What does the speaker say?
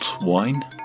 Wine